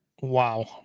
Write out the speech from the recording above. Wow